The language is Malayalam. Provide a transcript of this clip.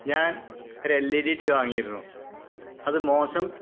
ഞാന് ഒരു L E D T V വാങ്ങിയിരുന്നു അത് മോശം